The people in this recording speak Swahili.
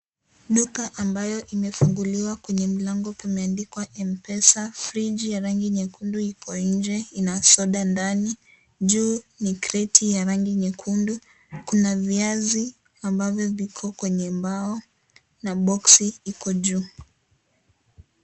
Duka ambayo imefunguliwa kwenye mlango imeandikwa Mpesa, fridge ya rangi nyekundu ikonje ina soda ndani, juu ni creati ya rangi nyekundu, kuna viazi ambavyo viko kwenye mbao na boxi iko juu.